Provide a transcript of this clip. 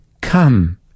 Come